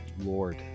Lord